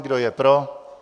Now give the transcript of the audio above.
Kdo je pro?